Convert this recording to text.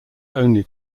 only